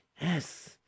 Yes